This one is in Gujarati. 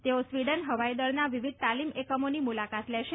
તેઓ સ્વીડન હવાઈ દળના વિવિધ તાલીમ એકમોની મુલાકાત લેશે